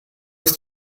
ist